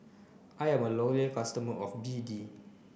I am a loyal customer of B D